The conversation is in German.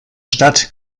stadt